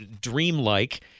dreamlike